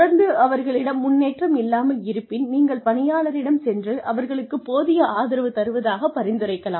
தொடர்ந்து அவர்களிடம் முன்னேற்றம் இல்லாமல் இருப்பின் நீங்கள் பணியாளரிடம் சென்று அவர்களுக்கு போதிய ஆதரவு தருவதாக பரிந்துரைக்கலாம்